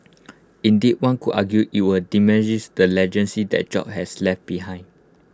indeed one could argue IT would diminishes the legacy that jobs has left behind